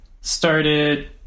started